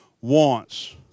wants